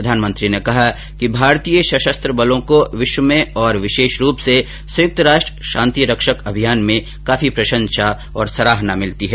प्रधानमंत्री ने कहा कि भारतीय सशस्त्र बलों को विश्वभर में और विशेष रूप से संयुक्त राष्ट्र शांति रक्षक अभियान में काफी प्रशंसा और सराहना मिलती है